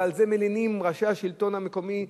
ועל זה מלינים ראשי השלטון המקומי,